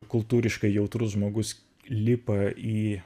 kultūriškai jautrus žmogus lipa į